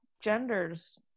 genders